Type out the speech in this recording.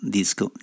disco